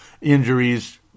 Injuries